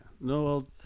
No